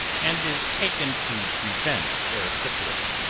and is taken to prevent erysipelas.